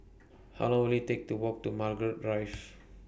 How Long Will IT Take to Walk to Margaret Drive